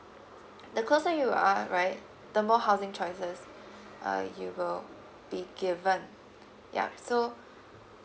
the closer you are right the more housing choices uh you will be given yup so